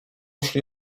szli